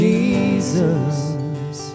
Jesus